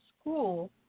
school